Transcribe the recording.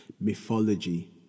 mythology